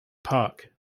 park